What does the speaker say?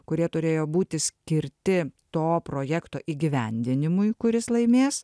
kurie turėjo būti skirti to projekto įgyvendinimui kuris laimės